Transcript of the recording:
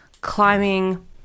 climbing